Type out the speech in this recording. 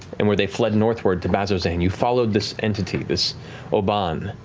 and where they fled northward to bazzoxan, you followed this entity, this obann,